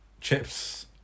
chips